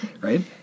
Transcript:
right